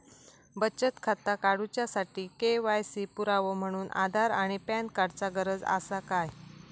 बचत खाता काडुच्या साठी के.वाय.सी पुरावो म्हणून आधार आणि पॅन कार्ड चा गरज आसा काय?